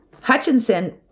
Hutchinson